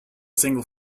single